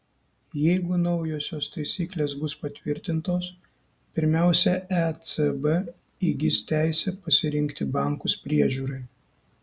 jeigu naujosios taisyklės bus patvirtintos pirmiausia ecb įgis teisę pasirinkti bankus priežiūrai